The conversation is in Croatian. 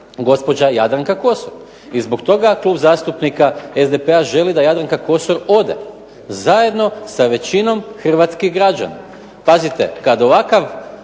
gospođa Jadranka Kosor. I zbog toga Klub zastupnika SDP-a želi da Jadranka Kosor ode zajedno sa većinom hrvatskih građana. Pazite, kad ovakav